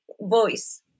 voice